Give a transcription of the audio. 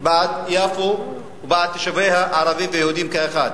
בעד יפו ובעד תושביה, ערבים ויהודים כאחד.